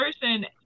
person